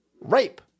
Rape